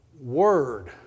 word